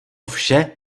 vše